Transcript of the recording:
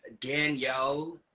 Danielle